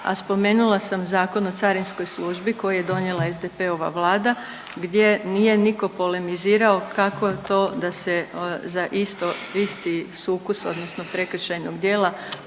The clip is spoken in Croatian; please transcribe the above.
a spomenula sam Zakon o carinskoj službi koji je donijela SDP-ova vlada gdje nije nitko polemizirao kako to da se za isto, isti sukus odnosno prekršajnog dijela